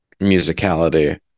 musicality